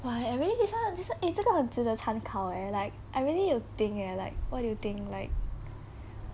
!wah! I real~ this one this 这个很值得参考 leh like I really need to think eh like what do you think like